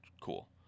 cool